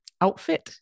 outfit